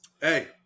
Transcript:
Hey